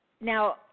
now